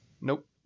nope